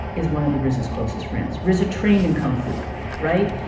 is one of the resource closest friends reserve trained in kung fu right.